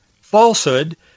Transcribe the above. falsehood